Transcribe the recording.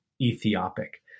Ethiopic